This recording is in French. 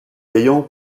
ayant